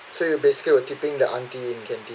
so you basically we're keeping the auntie in canteen